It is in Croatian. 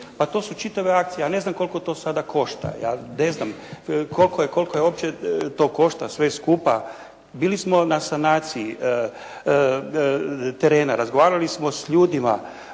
jasno, pa čitave reakcije, ja ne znam koliko to sada košta. Ja ne znam koliko košta to sve skupa. Bili smo na sanaciji terena, razgovarali smo s ljudima.